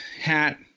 hat